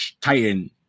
Titan